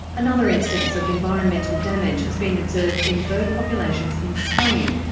another instance of environmental damage has been observed in bird populations in spain.